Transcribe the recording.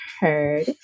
heard